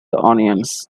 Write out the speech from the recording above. onions